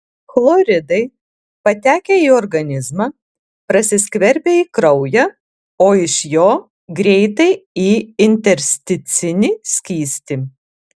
chloridai patekę į organizmą prasiskverbia į kraują o iš jo greitai į intersticinį skystį